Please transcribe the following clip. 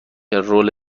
رول